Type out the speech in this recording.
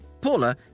Paula